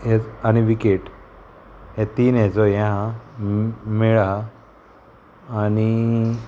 हे आनी विकेट हे तीन हेचो हें आहा मेळ आहा आनी